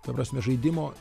ta prasme žaidimo